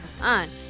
on